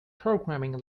programming